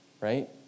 right